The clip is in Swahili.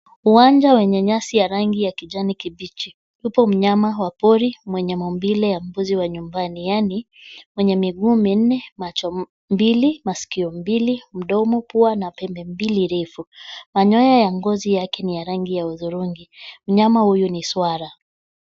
Uwanja wenye nyasi ya rangi ya kijani kibichi. Yupo mnyama wa pori mwenye maumbile ya mbuzi wa nyumbani yaani mwenye miguu minne, macho mbili ,masikio mbili, mdomo, pua na pembe mbili refu. Manyoya ya ngozi yake ni ya rangi ya hudhurungi. Mnyama huyu ni swara.